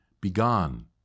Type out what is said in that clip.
Begone